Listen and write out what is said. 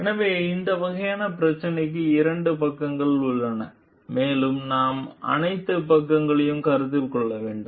எனவே இந்த வகை பிரச்சினைக்கு இரண்டு பக்கங்கள் உள்ளன மேலும் நாம் அனைத்து பக்கங்களையும் கருத்தில் கொள்ள வேண்டும்